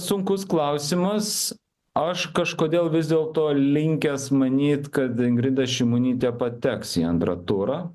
sunkus klausimas aš kažkodėl vis dėlto linkęs manyt kad ingrida šimonytė pateks į antrą turą